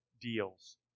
deals